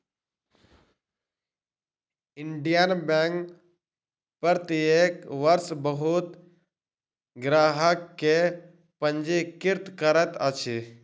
Indian Bank प्रत्येक वर्ष बहुत ग्राहक के पंजीकृत करैत अछि